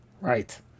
Right